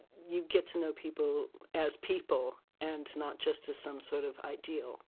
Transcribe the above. you get to know people as people and not just as some sort of ideal.